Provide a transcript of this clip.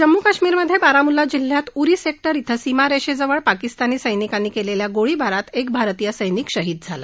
जम्मू काश्मीरमध्ये बारामुला जिल्ह्यात उरी सेक्टर इथं सीमारेषेजवळ पाकिस्तानी सैनिकांनी केलेल्या गोळीबारात एक भारतीय सैनिक शहीद झाला